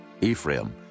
Ephraim